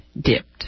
dipped